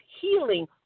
healing